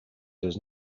does